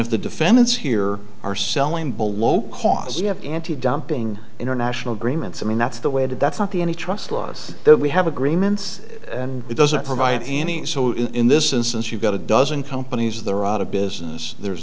if the defendants here are selling below cause you have anti dumping international agreements i mean that's the way to that's not the any trust laws that we have agreements and it doesn't provide any so in this instance you've got a dozen companies they're out of business there